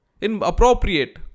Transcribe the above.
inappropriate